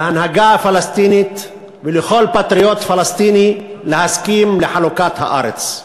להנהגה הפלסטינית ולכל פטריוט פלסטיני להסכים לחלוקת הארץ.